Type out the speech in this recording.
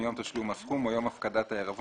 מיום תשלום הסכום או יום הפקדת העירבון,